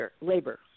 labor